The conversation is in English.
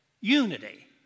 unity